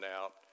out